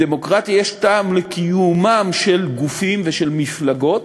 בדמוקרטיה יש טעם לקיומם של גופים ושל מפלגות,